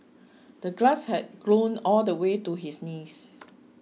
the grass had grown all the way to his knees